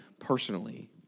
personally